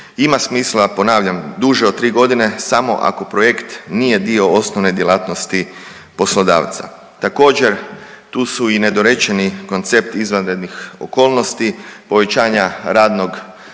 Ima smisla ponavljam duže od tri godine samo ako projekt nije dio osnovne djelatnosti poslodavca. Također tu su i nedorečeni koncept izvanrednih okolnosti povećanja radnog